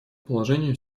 положению